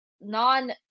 Non